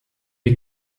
est